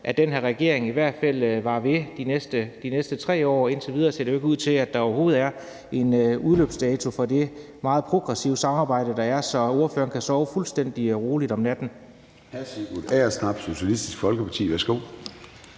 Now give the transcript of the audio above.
at den her regering i hvert fald varer ved de næste 3 år. Indtil videre ser det jo ikke ud til, at der overhovedet er en udløbsdato for det meget progressive samarbejde, der er, så ordføreren kan sove fuldstændig roligt om natten.